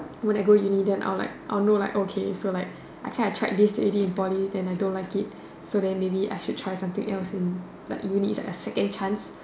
when I go uni then I will like I know like okay so like I kind of tried this already in Poly then I don't like it so then maybe I should try something else in like uni it's like a second chance